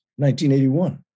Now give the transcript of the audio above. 1981